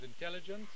intelligence